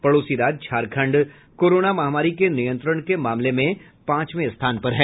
पड़ोसी राज्य झारखंड कोरोना महामारी के नियंत्रण के मामले में पांचवें स्थान पर है